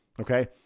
Okay